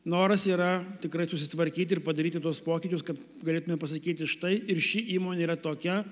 noras yra tikrai susitvarkyti ir padaryti tuos pokyčius kad galėtume pasakyti štai ir ši įmonė yra tokia